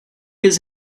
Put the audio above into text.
his